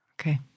Okay